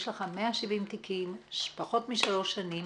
יש לך 170 תיקים, פחות משלוש שנים.